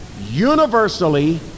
universally